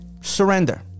surrender